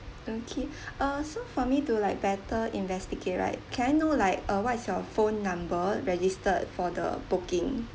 okay uh so for me to like better investigate right can I know like uh what is your phone number registered for the booking